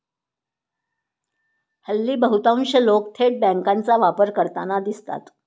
हल्ली बहुतांश लोक थेट बँकांचा वापर करताना दिसतात